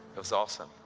it was awesome.